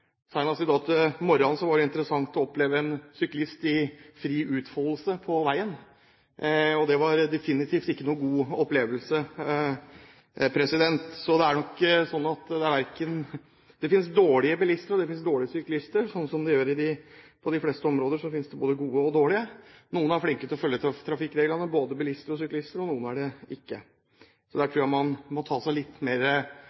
i dag morges var det interessant å oppleve en syklist i fri utfoldelse på veien, og det var definitivt ikke noen god opplevelse. Så det er nok sånn at det finnes dårlige bilister, og det finnes dårlige syklister. Som på de fleste områder finnes det både gode og dårlige. Noen er flinke til å følge trafikkreglene av både bilister og syklister, og noen er det ikke.